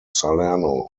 salerno